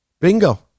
Bingo